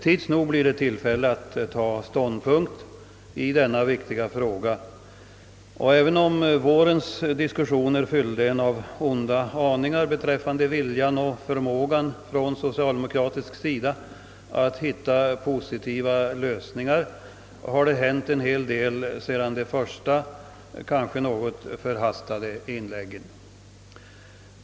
Tids nog blir det tillfälle att ta ståndpunkt i denna viktiga fråga, och även om vårens diskussioner fyllde en med onda aningar beträffande viljan och förmågan från socialdemokratisk sida att vidta positiva lösningar, har det hänt en hel del sedan de första kanske något förhastade inläggen.